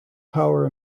power